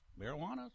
Marijuana